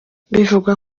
bivugwa